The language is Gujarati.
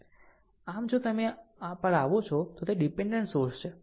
આમ જો તમે આ પર આવો છો તો તે ડીપેનડેન્ટ સોર્સ છે